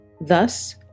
thus